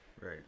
right